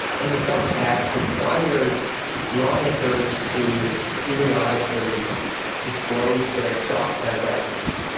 and the stock act requires lawmakers to periodically disclose their stock transactions.